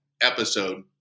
episode